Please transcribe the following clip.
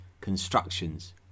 constructions